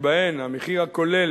מדינות באירופה, שבהן המחיר הכולל